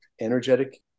energetic